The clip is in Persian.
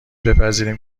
بپذیریم